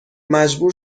مجبور